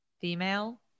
female